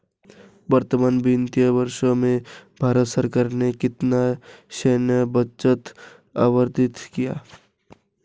वर्तमान वित्तीय वर्ष में भारत सरकार ने कितना सैन्य बजट आवंटित किया?